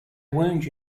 wound